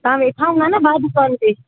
तव्हां वेठा हूंदा न भाउ दुकानु ते